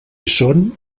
són